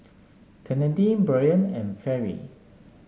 Kennedi Brion and Fairy